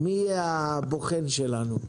מי יהיה הבוחן שלנו?